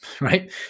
right